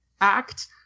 act